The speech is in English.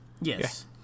Yes